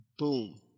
Boom